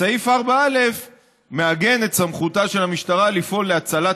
סעיף 4א מעגן את סמכותה של המשטרה לפעול להצלת